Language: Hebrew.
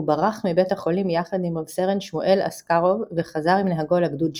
הוא ברח מבית החולים יחד עם רס"ן שמואל אסקרוב וחזר עם נהגו לגדוד שלו.